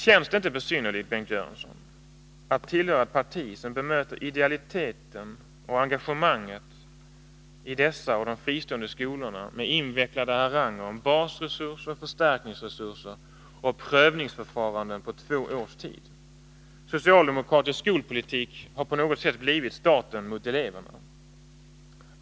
Känns det inte besynnerligt, Bengt Göransson, att tillhöra ett parti som bemöter idealiteten och engagemanget i dessa och i de fristående skolorna med invecklade haranger om basresurser och förstärkningsresurser och om prövningsförfaranden på två års tid? Socialdemokratisk skolpolitik har på något sätt blivit staten mot eleverna.